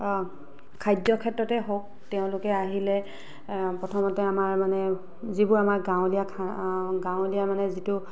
খাদ্যৰ ক্ষেত্ৰতে হওক তেওঁলোকে আহিলে প্ৰথমতে আমাৰ মানে যিবোৰ আমাৰ গাঁৱলীয়া খানা গাঁৱলীয়া মানে যিটো